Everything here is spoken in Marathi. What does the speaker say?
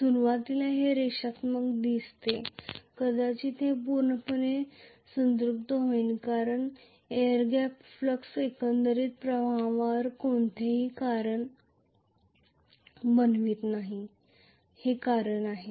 सुरुवातीला हे रेषात्मक दिसते कदाचित हे पूर्णपणे संतृप्त होईल कारण एअर गॅप फ्लक्स एकंदरीत प्रवाहावर कोणतेही खळगा बनवित नाही हे कारण आहे